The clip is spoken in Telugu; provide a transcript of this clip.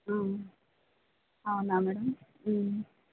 అవునా మేడం